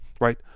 right